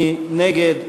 מי נגד?